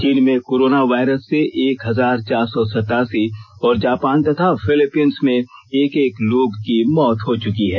चीन में corona virus से एक हजार चार सौ सतासी और जापान तथा फिलिपिंस में एक एक लोग की मौत हो चुकी है